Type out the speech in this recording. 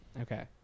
Okay